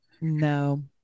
no